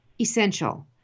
essential